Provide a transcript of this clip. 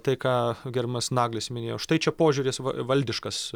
tai ką gerbiamas naglis minėjo štai čia požiūris va valdiškas